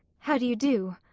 how do you do?